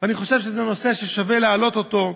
אני חושב שזה נושא ששווה להעלות אותו,